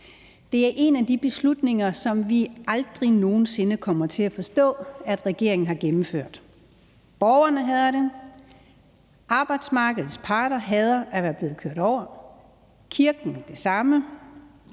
Det er en af de beslutninger, som vi aldrig nogen sinde kommer til at forstå, at regeringen har gennemført. Borgerne hader det; arbejdsmarkedets parter hader at være blevet kørt over, kirken det samme,